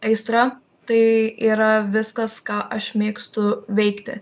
aistra tai yra viskas ką aš mėgstu veikti